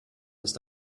ist